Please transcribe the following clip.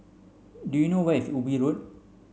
do you know where is Ubi Road